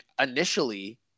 initially